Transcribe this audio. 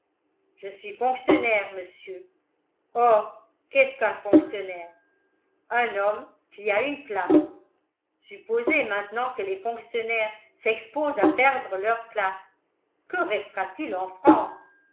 je suis fonctionnaire monsieur or qu'est-ce qu'un fonctionnaire un homme qui a une place supposez maintenant que les fonctionnaires s'exposent à perdre leur place que restera-t-il en france